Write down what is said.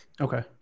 Okay